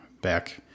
back